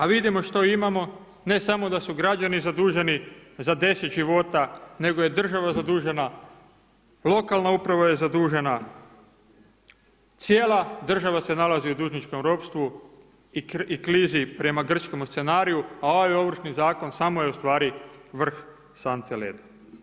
A vidimo što imamo, ne samo da su građani zaduženi za 10 života, nego je država zadužena, lokalna uprava je zadužena, cijela država se nalazi u dužničkom ropstvu i klizi prema Grčkome scenariju, a ovaj Ovršni zakon je ustvari vrh sante leda.